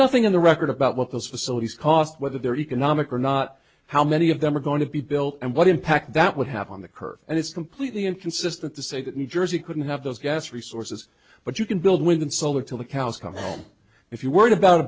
nothing in the record about what those facilities cost whether they're economic or not how many of them are going to be built and what impact that would have on the curve and it's completely inconsistent to say that new jersey couldn't have those gas resources but you can build wind and solar till the cows come home if you're worried about